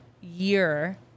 year